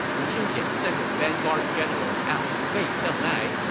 wu qiujian sent his vanguard general out to face deng ai,